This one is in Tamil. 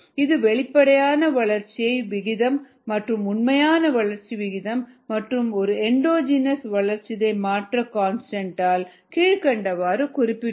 இது வெளிப்படையான வளர்ச்சி விகிதம் மற்றும் உண்மையான வளர்ச்சி விகிதம் மற்றும் ஒரு எண்டோஜெனஸ் வளர்சிதை மாற்ற கன்ஸ்டன்ட் ஆல் கீழ்க்கண்டவாறு குறிக்கப்படுகிறது